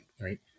right